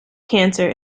cancer